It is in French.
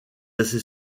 assez